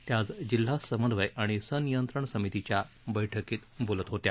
त्या आज जिल्हा समन्वय आणि सनियंत्रन समितीच्या बैठकीत बोलत होत्या